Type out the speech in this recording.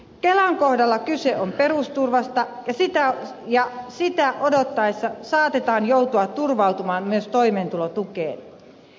kelan kohdalla kyse on perusturvasta ja sitä odotettaessa saatetaan joutua turvautumaan myös toimeentulotukeen